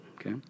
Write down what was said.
okay